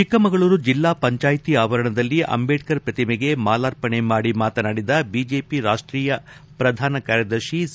ಚಿಕ್ಕಮಗಳೂರು ಜಿಲ್ಲಾ ಪಂಚಾಯಿತಿ ಆವರಣದಲ್ಲಿ ಅಂಬೇಡ್ನರ್ ಪ್ರತಿಮೆಗೆ ಮಾಲಾರ್ಪಣೆ ಮಾಡಿ ಮಾತನಾಡಿದ ಬಿಜೆಪಿ ರಾಷ್ಷೀಯ ಪ್ರಧಾನ ಕಾರ್ಯದರ್ಶಿ ಸಿ